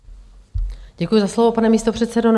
Děkuji za slovo, pane místopředsedo.